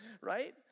Right